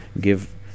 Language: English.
give